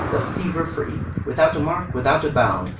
the fever free without a mark, without a bound,